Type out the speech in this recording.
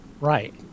Right